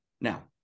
now